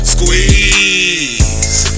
Squeeze